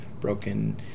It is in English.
broken